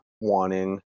wanting